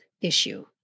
issue